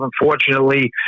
unfortunately